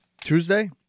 Tuesday